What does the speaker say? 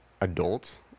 adults